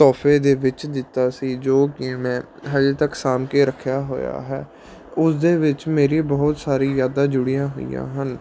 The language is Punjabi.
ਤੋਹਫੇ ਦੇ ਵਿੱਚ ਦਿੱਤਾ ਸੀ ਜੋ ਕਿ ਮੈਂ ਅਜੇ ਤੱਕ ਸਾਂਭ ਕੇ ਰੱਖਿਆ ਹੋਇਆ ਹੈ ਉਸਦੇ ਵਿੱਚ ਮੇਰੀ ਬਹੁਤ ਸਾਰੀ ਯਾਦਾਂ ਜੁੜੀਆਂ ਹੋਈਆਂ ਹਨ